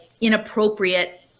inappropriate